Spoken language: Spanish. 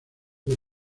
del